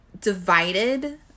divided